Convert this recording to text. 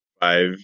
five